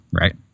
right